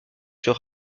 sur